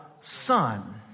son